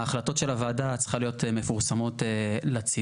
ההחלטות של הוועדה צריכות להיות מפורסמות לציבור.